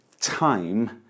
time